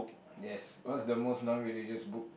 yes what's the most non religious book